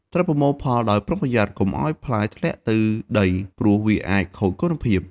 ត្រូវប្រមូលផលដោយប្រុងប្រយ័ត្ន កុំឲ្យផ្លែធ្លាក់ទៅដីព្រោះវាអាចខូចគុណភាព។